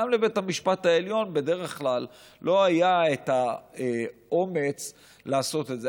גם לבית המשפט העליון בדרך כלל לא היה האומץ לעשות את זה.